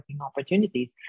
opportunities